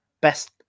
Best